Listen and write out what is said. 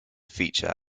feature